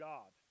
God